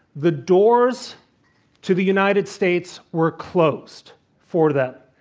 the doors to the united states were closed for them.